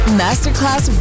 masterclass